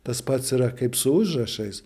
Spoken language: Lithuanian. tas pats yra kaip su užrašais